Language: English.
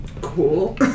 Cool